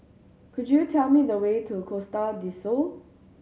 could you tell me the way to Costa Del Sol